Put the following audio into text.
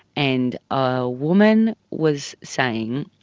and a woman was saying,